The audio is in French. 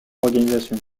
organisation